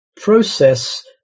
process